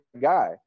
guy